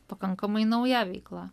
pakankamai nauja veikla